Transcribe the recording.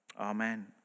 Amen